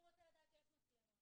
הוא רוצה לדעת שיש מצלמות.